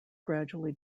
gradually